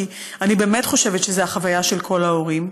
כי אני באמת חושבת שזאת החוויה של כל ההורים,